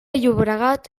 llobregat